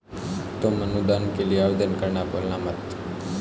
तुम अनुदान के लिए आवेदन करना भूलना मत